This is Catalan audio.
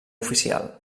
oficial